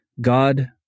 God